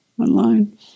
online